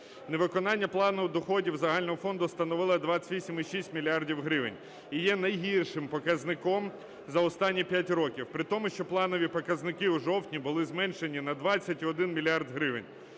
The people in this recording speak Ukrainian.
невиконання плану доходів загального фонду становило 28,6 мільярда гривень і є найгіршим показником за останні 5 років. При тому, що планові показники у жовтні були зменшені на 20,1 мільярд